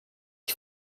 ich